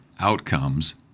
outcomes